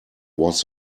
was